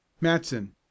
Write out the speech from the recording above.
matson